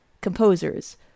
composers